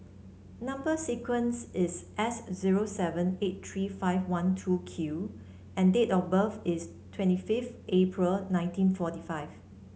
number sequence is S zero seven eight three five one two Q and date of birth is twenty five April nineteen forty five